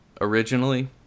originally